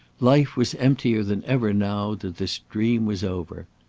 life was emptier than ever now that this dream was over.